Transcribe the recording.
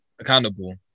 Accountable